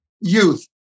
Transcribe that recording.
youth